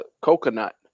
coconut